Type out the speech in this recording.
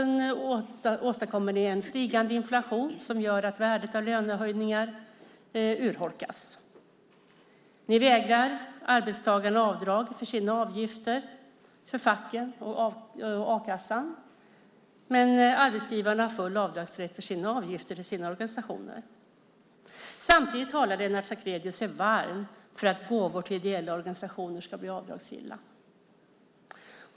Ni åstadkommer en stigande inflation som gör att värdet av lönehöjningar urholkas. Ni vägrar arbetstagarna avdrag för deras avgifter, för facken och a-kassan. Men arbetsgivarna har full avdragsrätt för avgifter till sina organisationer. Samtidigt talar Lennart Sacrédeus sig varm för att gåvor till ideella organisationer ska bli avdragsgilla.